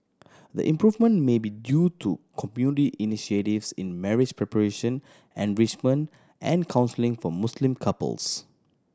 the improvement may be due to community initiatives in marriage preparation enrichment and counselling for Muslim couples